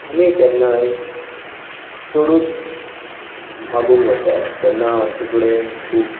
आमी केन्नाय चडूच मागुंक वता जेन्ना आमचें कडेन खूब